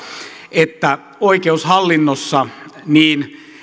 että oikeushallinnossa niin